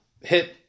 hit